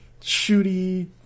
shooty